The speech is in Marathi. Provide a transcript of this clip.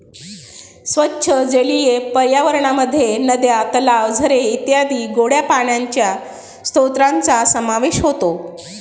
स्वच्छ जलीय पर्यावरणामध्ये नद्या, तलाव, झरे इत्यादी गोड्या पाण्याच्या स्त्रोतांचा समावेश होतो